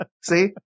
See